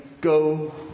go